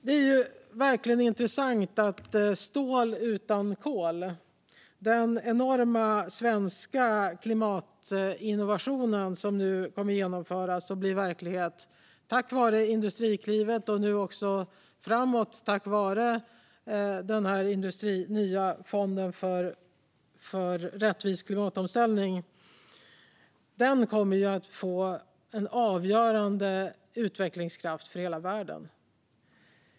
Det är verkligen intressant att stål utan kol, den enorma svenska klimatinnovation som nu kommer att genomföras och bli verklighet tack vare Industriklivet och framöver också tack vare den nya fonden för en rättvis klimatomställning, kommer att ge en avgörande utvecklingskraft för hela världen.